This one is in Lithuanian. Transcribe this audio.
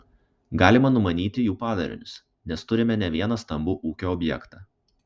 galima numanyti jų padarinius nes turime ne vieną stambų ūkio objektą